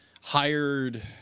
hired